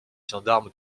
gendarmes